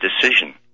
decision